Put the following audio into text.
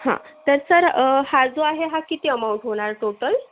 हा तर सर हा जो आहे हा किती अमाऊंट होणार टोटल